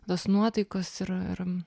tos nuotaikos ir ir